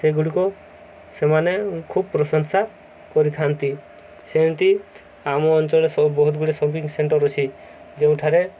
ସେଗୁଡ଼ିକୁ ସେମାନେ ଖୁବ ପ୍ରଶଂସା କରିଥାନ୍ତି ସେମିତି ଆମ ଅଞ୍ଚଳରେ ବହୁତ ଗୁଡ଼ିଏ ସପିଙ୍ଗ ସେଣ୍ଟର ଅଛି ଯେଉଁଠାରେ